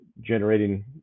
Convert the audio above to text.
generating